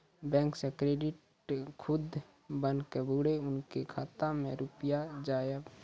Bank से credit कद्दू बन के बुरे उनके खाता मे रुपिया जाएब?